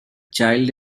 child